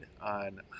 on